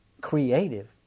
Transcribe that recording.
creative